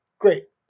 Great